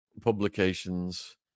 publications